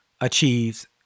achieves